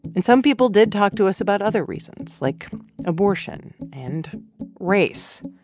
and some people did talk to us about other reasons like abortion and race,